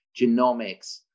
genomics